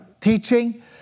teaching